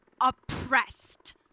oppressed